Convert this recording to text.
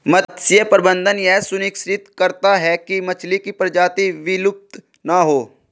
मत्स्य प्रबंधन यह सुनिश्चित करता है की मछली की प्रजाति विलुप्त ना हो